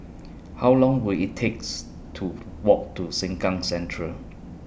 How Long Will IT takes to Walk to Sengkang Central